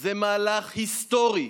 זה מהלך היסטורי.